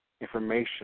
information